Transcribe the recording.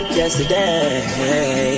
yesterday